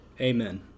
Amen